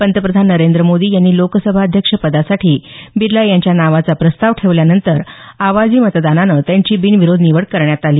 पंतप्रधान नरेंद्र मोदी यांनी लोकसभाध्यक्ष पदासाठी बिर्ला यांच्या नावाचा प्रस्ताव ठेवल्यानंतर आवाजी मतदानानं त्यांची बिनविरोध निवड करण्यात आली